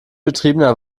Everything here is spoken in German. betriebener